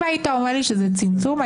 אם היית אומר לי שזה צמצום,